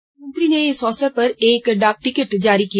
प्रधानमंत्री ने इस अवसर पर एक डाक टिकट जारी किया